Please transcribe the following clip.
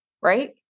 right